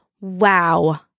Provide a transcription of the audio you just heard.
wow